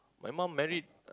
my mum married